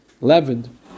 leavened